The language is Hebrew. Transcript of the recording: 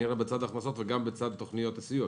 וגם בצד תוכניות הסיוע,